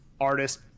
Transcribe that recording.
artist